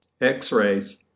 X-rays